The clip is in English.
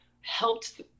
helped